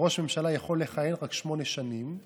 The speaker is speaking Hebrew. שראש ממשלה יכול לכהן רק שמונה שנים,